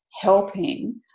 helping